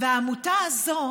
העמותה הזאת